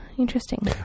interesting